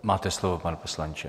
Máte slovo, pane poslanče.